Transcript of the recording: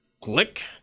click